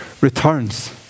returns